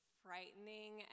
frightening